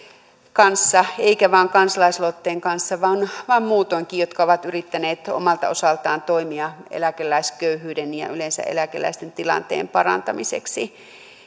kanssa eikä vain kansalaisaloitteen kanssa vaan vaan muutoinkin jotka ovat yrittäneet omalta osaltaan toimia eläkeläisköyhyyden ja yleensä eläkeläisten tilanteen parantamiseksi